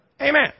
Amen